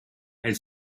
elle